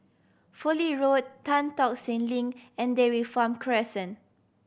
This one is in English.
Fowlie Road Tan Tock Seng Link and Dairy Farm Crescent